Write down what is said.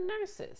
nurses